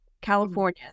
California